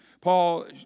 Paul